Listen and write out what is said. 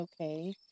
okay